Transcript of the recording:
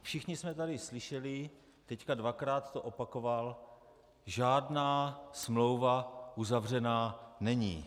Všichni jsme tady slyšeli, teď dvakrát to opakoval: Žádná smlouva uzavřena není.